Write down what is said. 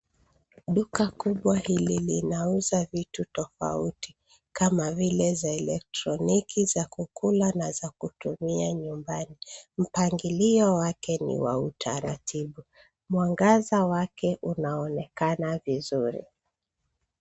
Duka kubwa hili linauza vitu tofauti, kama vile za elektroniki, za kukula na za kutumia nyumbani. Mpangilio wake ni wa utaratibu, mwangaza wake unaonekana vizuri.